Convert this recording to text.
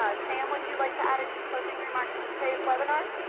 ah sam, would you like to add any closing remarks to today's webinar?